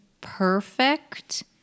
perfect